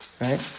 Right